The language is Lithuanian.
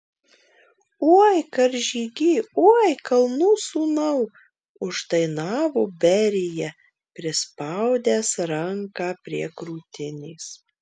oi karžygy oi kalnų sūnau uždainavo berija prispaudęs ranką prie krūtinės